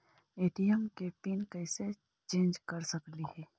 ATM के pin कैसे change कर सकली ही?